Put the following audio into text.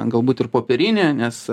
ten galbūt ir popierinį nes